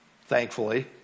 thankfully